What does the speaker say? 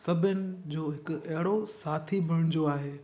सभिनी जो हिकु अहिड़ो साथी बणिजो आहे